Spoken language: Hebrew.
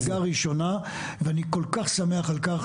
זה אינטרס לאומי ממדרגה ראשונה ואני כל כך שמח על כך